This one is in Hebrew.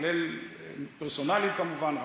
כולל פרסונליים כמובן,